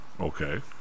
okay